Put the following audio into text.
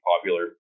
popular